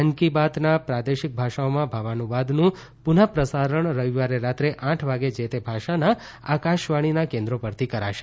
મન કી બાતના પ્રાદેશિક ભાષાઓમાં ભાવાનુવાદનું પુનઃ પ્રસારણ રવિવારે રાત્રે આઠ વાગે જે તે ભાષાના આકાશવાણીના કેન્દ્રો પરથી કરાશે